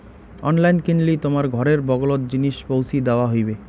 online কিনলি তোমার ঘরের বগলোত জিনিস পৌঁছি দ্যাওয়া হইবে